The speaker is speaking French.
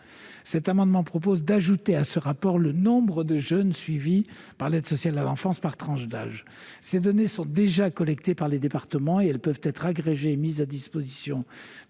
Cet amendement vise à introduire dans ce rapport le nombre de jeunes suivis par l'aide sociale à l'enfance, par tranches d'âge. Ces données sont déjà collectées par les départements et elles peuvent être agrégées et mises à disposition